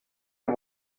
und